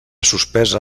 suspesa